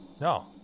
No